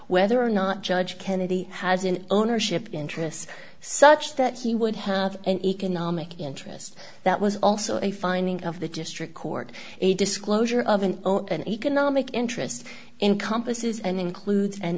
whether or not judge kennedy has an ownership interests such that he would have an economic interest that was also a finding of the district court a disclosure of an open economic interest in compass is and includes an